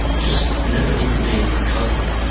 just never even being recovered,